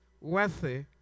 worthy